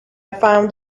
found